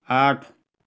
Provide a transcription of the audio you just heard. ଆଠ